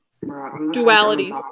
Duality